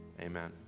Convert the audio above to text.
Amen